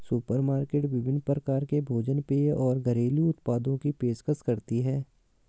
supermarket विभिन्न प्रकार के भोजन पेय और घरेलू उत्पादों की पेशकश करती है